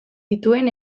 dituen